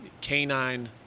canine